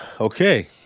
Okay